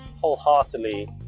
wholeheartedly